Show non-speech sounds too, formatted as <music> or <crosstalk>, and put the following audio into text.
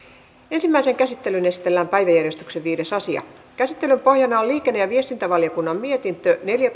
ensimmäiseen käsittelyyn esitellään päiväjärjestyksen viides asia käsittelyn pohjana on liikenne ja viestintävaliokunnan mietintö neljä <unintelligible>